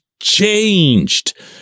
changed